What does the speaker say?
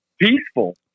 peaceful